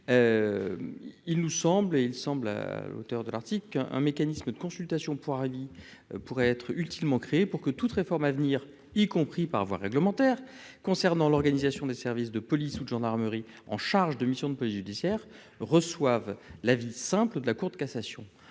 il nous semble, et il semble à l'auteur de l'Arctique, un mécanisme de consultation pour avis pourrait être utilement créée pour que toute réforme à venir, y compris par voie réglementaire concernant l'organisation des services de police ou de gendarmerie en charge de mission de police judiciaire reçoivent la ville simple ou de la Cour de cassation